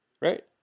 right